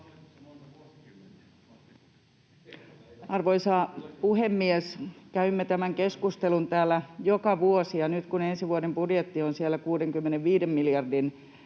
Arvoisa puhemies! Käymme tämän keskustelun täällä joka vuosi, ja nyt kun ensi vuoden budjetti on siellä 65 miljardin